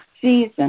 season